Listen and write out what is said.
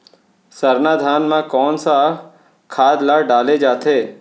सरना धान म कोन सा खाद ला डाले जाथे?